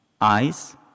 eyes